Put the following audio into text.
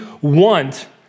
want